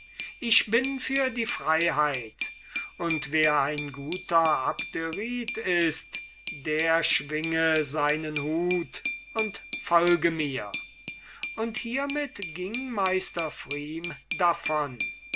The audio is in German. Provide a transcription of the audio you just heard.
ich bin für die freiheit und wer ein guter abderite ist der schwinge seinen hut und folge mir und hiemit ging meister pfrieme davon